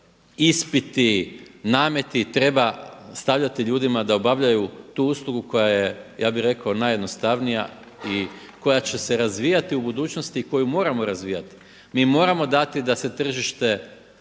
ispiti, nameti treba staviti ljudima da obavljaju tu uslugu koja je ja bih rekao najjednostavnija i koja će se razvijati u budućnosti i koju moramo razvijati. Mi moramo dati da se tržište